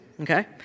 okay